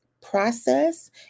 process